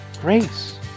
grace